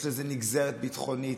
יש לזה נגזרת ביטחונית,